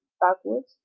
backwards